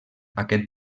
aquest